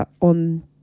on